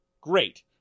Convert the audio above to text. great